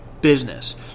business